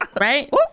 Right